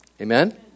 Amen